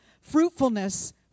fruitfulness